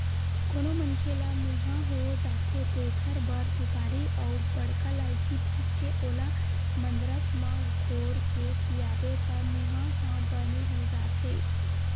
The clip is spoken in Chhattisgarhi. कोनो मनखे ल मुंहा हो जाथे तेखर बर सुपारी अउ बड़का लायची पीसके ओला मंदरस म घोरके पियाबे त मुंहा ह बने हो जाथे